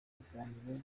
biganiro